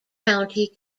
county